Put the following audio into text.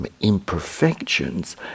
imperfections